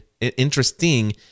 interesting